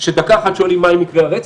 שדקה אחת שואלים: מה עם מקרי הרצח?